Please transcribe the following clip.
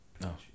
No